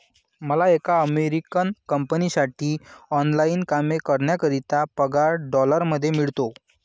मला एका अमेरिकन कंपनीसाठी ऑनलाइन काम करण्याकरिता पगार डॉलर मध्ये मिळतो